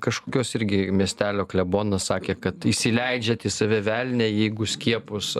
kažkokios irgi miestelio klebonas sakė kad įsileidžiat į save velnią jeigu skiepus